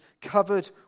covered